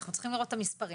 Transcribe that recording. צריכים לראות את המספרים.